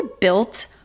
built